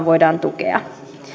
voidaan tukea